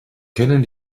kennen